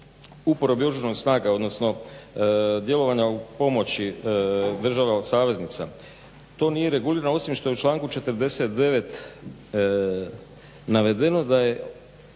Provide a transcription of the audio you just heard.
uporabi Oružanih snaga, odnosno djelovanja u pomoći država od saveznica to nije regulirano osim što je u članku 49. navedeno da je